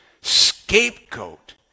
scapegoat